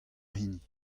hini